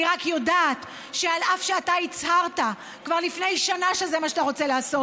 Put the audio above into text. אני רק יודעת שעל אף שאתה הצהרת כבר לפני שנה שזה מה שאתה רוצה לעשות,